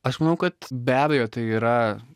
aš manau kad be abejo tai yra